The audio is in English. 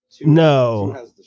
No